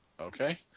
okay